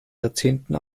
jahrzehnten